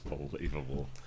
Unbelievable